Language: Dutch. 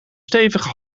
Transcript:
stevige